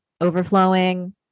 overflowing